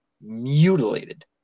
mutilated